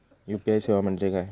UPI सेवा म्हणजे काय?